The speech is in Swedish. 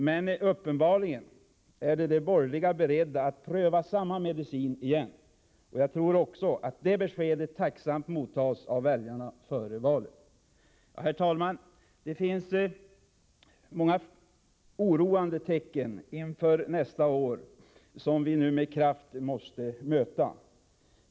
Men uppenbarligen är de borgerliga beredda att pröva samma medicin igen. Jag tror att också det beskedet tacksamt mottas av väljarna före valet. Herr talman! Det finns flera oroande tecken inför nästa år som vi nu med kraft måste möta.